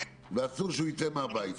ואסור שהוא ייצא מהבית.